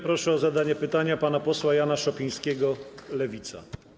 Proszę o zadanie pytania pana posła Jana Szopińskiego, Lewica.